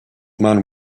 man